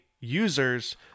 users